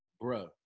bro